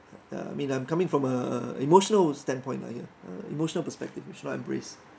ya I mean I'm coming from a emotional standpoint ah here uh emotional perspective we should not embrace